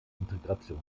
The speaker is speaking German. integration